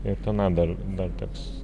ir tenai dar dar teks